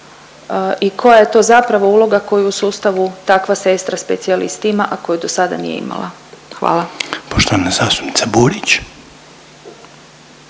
i koja je to zapravo uloga koju u sustavu takva sestra specijalist ima, a koji dosada nije imala. Hvala. **Reiner,